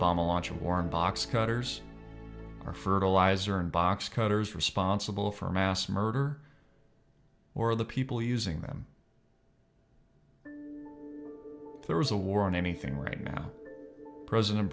bomb a launch a war box cutters or fertilizer and box cutters responsible for mass murder or the people using them there was a war on anything right now president